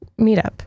meetup